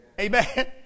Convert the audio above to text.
Amen